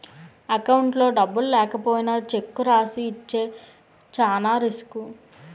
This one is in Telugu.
అకౌంట్లో డబ్బులు లేకపోయినా చెక్కు రాసి ఇస్తే చానా రిసుకు